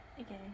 okay